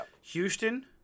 Houston